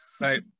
Right